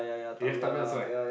you have Tamiya also eh